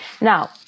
Now